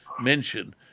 Mention